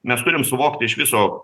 mes turim suvokti iš viso